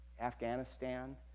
Afghanistan